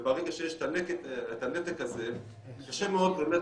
ברגע שיש את הנתק הזה קשה מאוד באמת